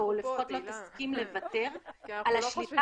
-- או לפחות לא תסכים לוותר על השליטה